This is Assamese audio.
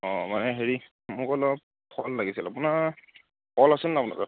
অঁ মানে হেৰি মোক অলপ ফল লাগিছিল আপোনাৰ কল আছে নে নাই আপোনাৰ তাত